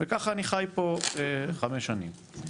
וככה אני חי פה חמש שנים.